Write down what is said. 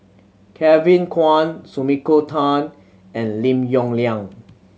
Kevin Kwan Sumiko Tan and Lim Yong Liang